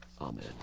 Amen